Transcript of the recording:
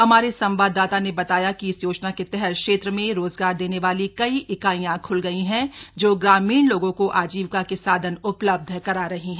हमारे संवाददाताने बताया कि इस योजना के तहत क्षेत्र में रोजगार देने वाली कई इकाइयां खुल गई हैं जो ग्रामीण लोगों को आजीविका के साधन उपलब्ध करा रही हैं